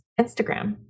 Instagram